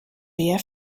wer